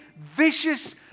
vicious